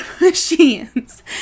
machines